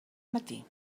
matí